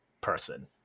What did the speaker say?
person